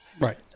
Right